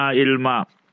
ilma